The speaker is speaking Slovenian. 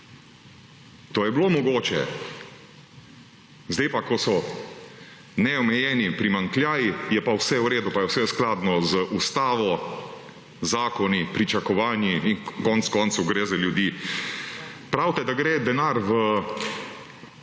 To je bilo mogoče, zdaj pa, ko so neomejeni primanjkljaji, je pa v redu in je vse skladno z ustavo, zakoni, pričakovanji in konec koncev gre za ljudi. Pravite, da gre denar v